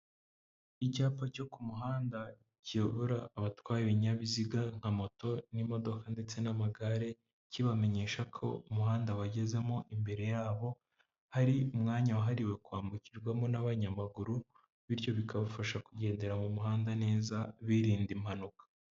Icyapa cyo ku muhanda kiyobora abatwaye ibinyabiziga nka moto n'imodoka ndetse n'amagare, kibamenyesha ko umuhanda bagezemo imbere yabo, hari umwanya wahariwe kwambukirwamo n'abanyamaguru, bityo bikabafasha kugendera mu muhanda neza birinda impanuka.